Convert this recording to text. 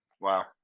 Wow